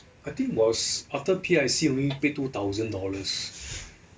I think was after P_I_C I only pay two thousand dollars